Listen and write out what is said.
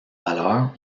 valeur